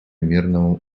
мирному